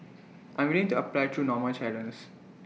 I'm willing to apply through normal channels